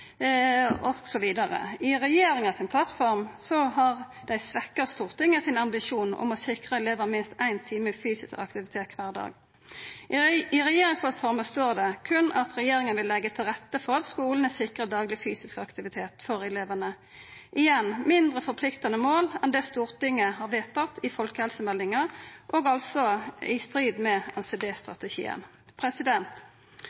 har ein svekt Stortinget sin ambisjon om å sikra elevane minst éin time fysisk aktivitet kvar dag. I regjeringsplattforma står det berre at regjeringa vil leggja til rette for at skulane sikrar dagleg fysisk aktivitet for elevane – igjen: mindre forpliktande mål enn det Stortinget har vedtatt i samband folkehelsemeldinga og altså i strid med